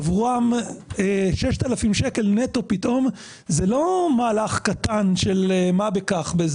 עבורם 6,000 שקל נטו פתאום זה לא מהלך קטן של מה בכך.